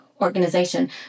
organization